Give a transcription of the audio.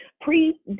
pre